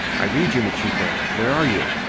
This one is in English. i read you, machiko. where are you?